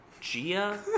Gia